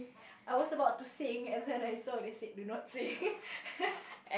I was about to sing and then I saw they said do not sing